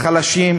לחלשים,